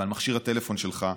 ועל מכשיר הטלפון שלך,